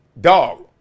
dog